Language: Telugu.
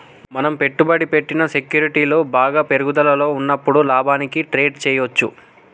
మనం పెట్టుబడి పెట్టిన సెక్యూరిటీలు బాగా పెరుగుదలలో ఉన్నప్పుడు లాభానికి ట్రేడ్ చేయ్యచ్చు